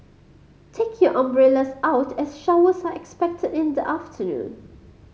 take your umbrellas out as showers are expected in the afternoon